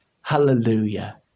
Hallelujah